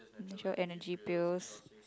neutral Energy Pills